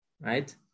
right